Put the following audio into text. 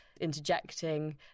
interjecting